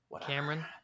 Cameron